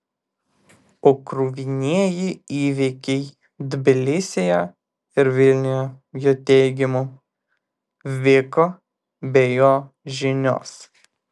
o kruvinieji įvykiai tbilisyje ir vilniuje jo teigimu vyko be jo žinios